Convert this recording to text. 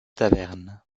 taverne